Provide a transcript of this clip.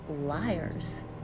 liars